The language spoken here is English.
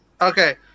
Okay